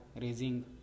raising